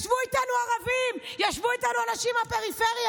ישבו איתנו ערבים, ישבו איתנו אנשים מהפריפריה.